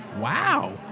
Wow